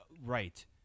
Right